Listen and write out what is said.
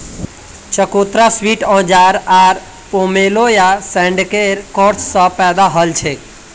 चकोतरा sweet orange आर pomelo या शैडॉकेर क्रॉस स पैदा हलछेक